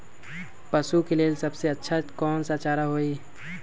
पशु के लेल सबसे अच्छा कौन सा चारा होई?